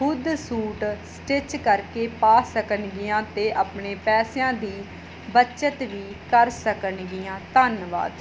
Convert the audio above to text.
ਖੁਦ suit stitch ਕਰਕੇ ਪਾ ਸਕਣਗੀਆਂ ਅਤੇ ਆਪਣੇ ਪੈਸਿਆਂ ਦੀ ਬੱਚਤ ਵੀ ਕਰ ਸਕਣਗੀਆਂ ਧੰਨਵਾਦ